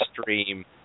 stream